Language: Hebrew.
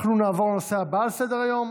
אנחנו נעבור לנושא הבא על סדר-היום,